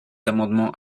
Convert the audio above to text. amendement